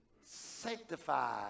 sanctified